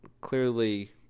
clearly